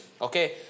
okay